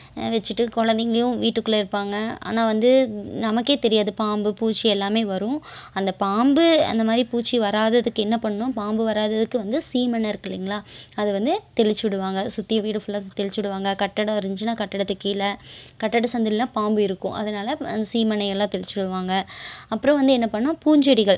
வச்சுட்டு கொழந்தைங்களையும் வீட்டுக்குள்ளே இருப்பாங்க ஆனால் வந்து நமக்கே தெரியாது பாம்பு பூச்சி எல்லாமே வரும் அந்த பாம்பு அந்த மாதிரி பூச்சி வராததுக்கு என்ன பண்ணும் பாம்பு வராததுக்கு வந்து சீமெண்ணய் இருக்குங்கல்லையா அதை வந்து தெளித்து விடுவாங்க சுற்றியும் வீடு ஃபுல்லாக தெளித்து விடுவாங்க கட்டிடம் இருந்துச்சுன்னால் கட்டிடத்துக்கு கீழ கட்டிட சந்தில்லாம் பாம்பு இருக்கும் அதனால் அந்த சீமெண்ணயெல்லாம் தெளித்து விடுவாங்க அப்புறம் வந்து என்ன பண்ண பூஞ்செடிகள்